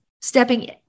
stepping